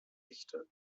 echte